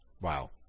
Wow